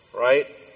right